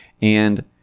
And-